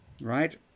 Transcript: Right